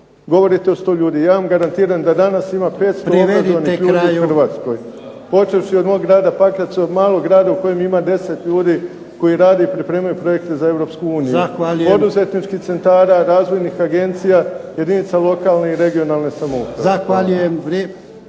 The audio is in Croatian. Govorite o 100 ljudi. Ja vam garantiram da danas ima 500 obrazovanih ljudi u Hrvatskoj, počevši od mog grada Pakraca od malog grada u kojem ima 10 ljudi koji rade i pripremaju projekte za Europsku uniju. Poduzetničkih centra, razvojnih agencija jedinca lokalne i regionalne samouprave.